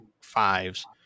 fives